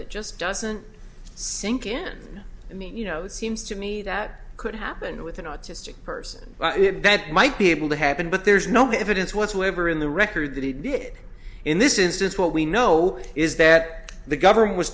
that just doesn't sink in i mean you know it seems to me that could happen with an autistic person that might be able to happen but there's no evidence whatsoever in the record that he did in this instance what we know is that the government was